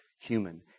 human